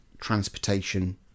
transportation